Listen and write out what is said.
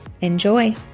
Enjoy